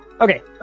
Okay